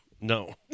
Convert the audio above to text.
No